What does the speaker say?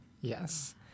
Yes